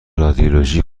رادیولوژی